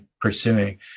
pursuing